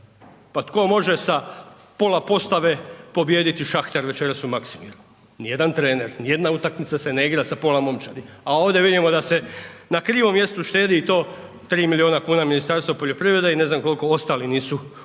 pa tko može sa pola postave pobijediti Šahter večeras u Maksimiru? Nijedan trener, nijedna utakmica se ne igra sa pola momčadi, a ovdje vidimo da se na krivom mjestu štedi i to 3 milijuna kuna Ministarstvo poljoprivrede i ne znam kolko ostali nisu uplatili